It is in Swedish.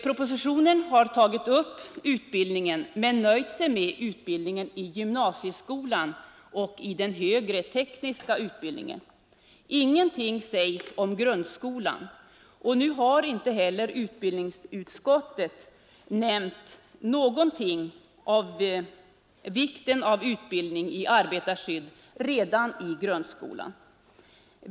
Propositionen 130 har tagit upp utbildningen, men där har man nöjt sig med utbildningen i gymnasieskolan och den högre tekniska utbildningen. Det sägs ingenting om grundskolan. Och nu har inte heller utbildningsutskottet skrivit någonting om vikten av utbildning i arbetarskydd redan i grundskolan.